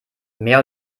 mehr